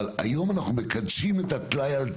היום אנחנו מקדשים את הטלאי על טלאי.